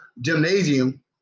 Gymnasium